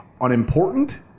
unimportant